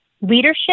leadership